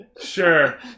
Sure